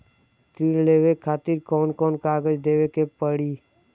ऋण लेवे के खातिर कौन कोन कागज देवे के पढ़ही?